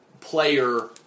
player